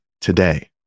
today